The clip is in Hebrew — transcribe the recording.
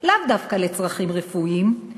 לאו דווקא לצרכים רפואיים,